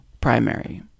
primary